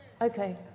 Okay